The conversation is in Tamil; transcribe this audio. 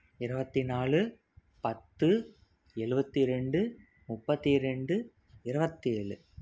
இருவத்தி நாலு பத்து எழுவத்தி ரெண்டு முப்பத்து ரெண்டு இருவத்தி ஏழு